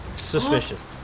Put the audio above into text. Suspicious